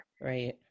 right